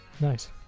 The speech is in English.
Nice